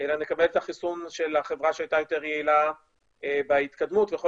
אלא נקבל את החיסון של החברה שהייתה יותר יעילה בהתקדמות ויכול